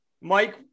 Mike